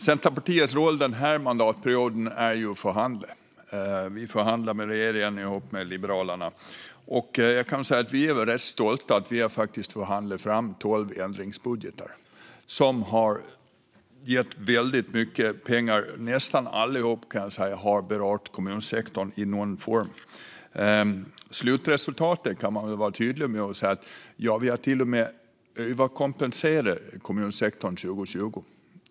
Centerpartiets roll denna mandatperiod är ju att förhandla, med regeringen och med Liberalerna. Vi är rätt stolta över att vi faktiskt har förhandlat fram tolv ändringsbudgetar, som har gett väldigt mycket pengar. Nästan allihop har berört kommunsektorn i någon form. När det gäller slutresultatet kan man vara tydlig och säga att vi till och med har överkompenserat kommunsektorn 2020.